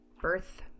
birth